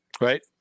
right